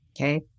Okay